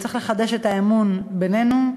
צריך לחדש את האמון בינינו,